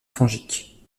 fongique